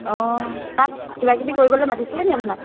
অঁ তাত কিবাকিবি কৰিবলে মাতিছিলে নি আপোনাক